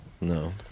No